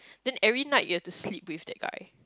then every night you have to sleep with that guy